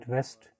West